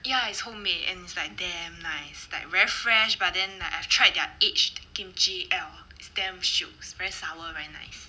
ya it's homemade and it's like damn nice like very fresh but then like I've tried their aged kimchi oh it's damn shiok very sour very nice